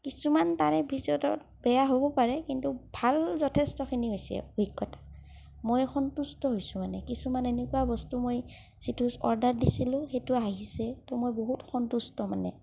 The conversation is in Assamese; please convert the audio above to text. কিছুমান তাৰে ভিতৰত বেয়া হ'ব পাৰে কিন্তু ভাল যথেষ্টখিনি হৈছে অভিজ্ঞতা মই সন্তুষ্ট হৈছো মানে কিছুমান এনেকুৱা বস্তু মই যিটো অৰ্ডাৰ দিছিলো সেইটো আহিছে ত' মই বহুত সন্তুষ্ট মানে